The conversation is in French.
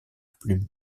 plumes